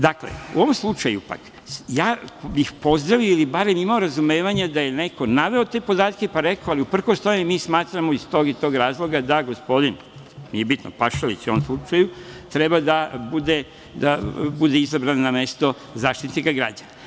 Dakle, u ovom slučaju pak, ja bih pozdravio, ili barem imao razumevanja da je neko naveo te podatke pa rekao, ali uprkos tome mi smatramo iz tog i tog razloga, da gospodin, nije bitno, Pašalić, u ovom slučaju, treba da bude izabran na mesto Zaštitnika građana.